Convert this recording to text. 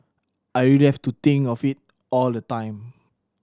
I really have to think of it all the time